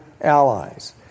allies